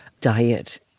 diet